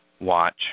watch